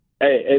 hey